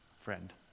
friend